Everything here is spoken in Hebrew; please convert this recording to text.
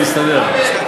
זה הסתדר.